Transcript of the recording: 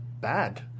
bad